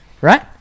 Right